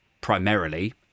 primarily